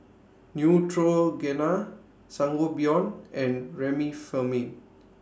Neutrogena Sangobion and Remifemin